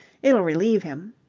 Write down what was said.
it'll relieve him.